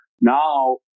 now